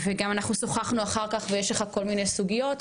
וגם אנחנו שוחחנו אחר כך ויש לך כל מיני סוגיות.